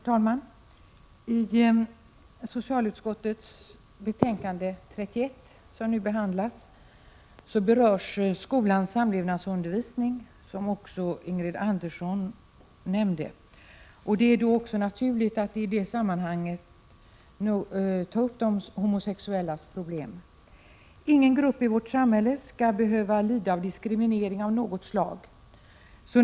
Herr talman! I socialutskottets betänkande 31, som nu behandlas, berörs skolans samlevnadsundervisning, vilket också Ingrid Andersson nämnde. Det är naturligt att i det sammanhanget ta upp de homosexuellas problem. Ingen grupp i vårt samhälle skall behöva lida av diskriminering av något slag.